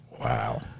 Wow